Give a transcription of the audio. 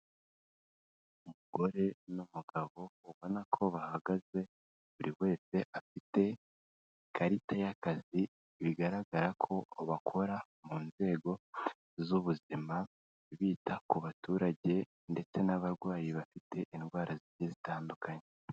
Umugore n'umugabo ubona ko bahagaze, buri wese afite ikarita y'akazi bigaragara ko bakora mu nzego z'ubuzima, bita ku baturage ndetse n'abarwayi bafite indwara zigiye zitandukanye.